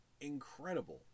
incredible